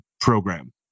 Program